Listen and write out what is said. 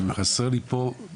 חסר לי פה,